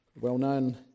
well-known